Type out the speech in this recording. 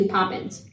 Poppins